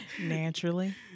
Naturally